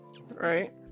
Right